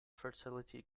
fertility